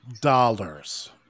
dollars